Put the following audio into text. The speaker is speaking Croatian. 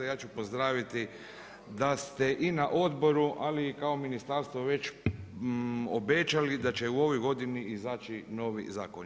Ja ću pozdraviti da ste i na odboru, ali i kao ministarstvo već obećali da će u ovoj godini izaći novi zakon.